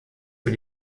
für